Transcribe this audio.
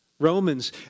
Romans